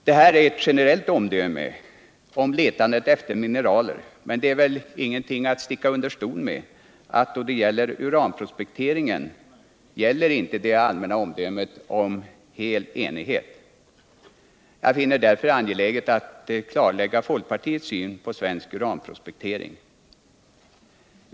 Detta är ett generellt omdöme om letandet efter mineraler, men det är väl ingenting att sticka under stol med att någon total enighet inte gäller i fråga om uranprospektering. Jag finner det därför angeläget att klarlägga folkpartiets syn på en svensk uranprospektering.